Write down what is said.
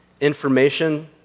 information